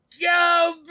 Go